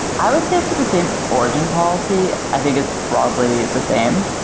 i would say for the same origin policy, i think it's broadly the same.